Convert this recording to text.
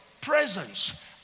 presence